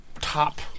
top